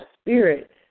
spirit